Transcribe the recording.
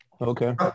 okay